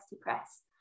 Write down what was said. Press